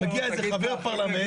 מגיע איזה חבר פרלמנט.